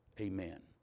Amen